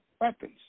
weapons